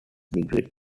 degree